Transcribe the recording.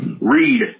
read